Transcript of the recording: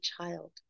child